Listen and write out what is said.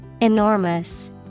Enormous